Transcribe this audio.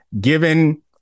given